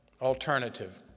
alternative